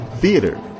Theater